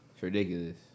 Ridiculous